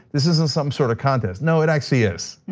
this isn't some sort of contest. now what i see is,